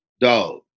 dog